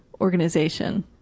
organization